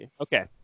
Okay